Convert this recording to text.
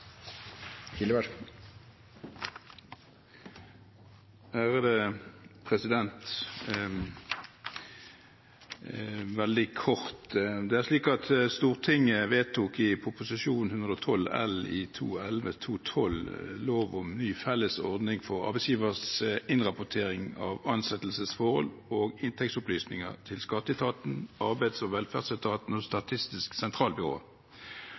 Veldig kort: Stortinget vedtok, på bakgrunn av Prop. 112 L for 2011–2012, lov om ny fellesordning for arbeidsgivers innrapportering av ansettelsesforhold og inntektsopplysninger til skatteetaten, Arbeids- og velferdsetaten og Statistisk sentralbyrå.